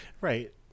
Right